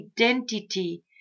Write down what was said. identity